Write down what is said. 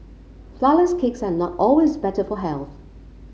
flourless cakes are not always better for health